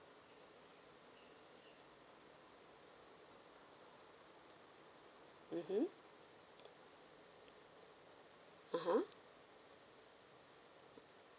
mmhmm (uh huh)